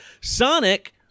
sonic